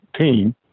team